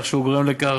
כך שהוא גורם לכך